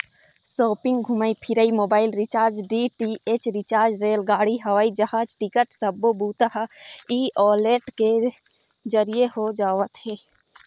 shopping, घूमई फिरई, mobile recharge, DTH recharge, रेलगाड़ी, हवई जहाज टिकट सब्बो बूता ह ई वॉलेट के जरिए हो जावत हे